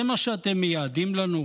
זה מה שאתם מייעדים לנו?